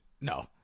No